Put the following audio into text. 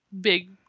big